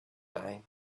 time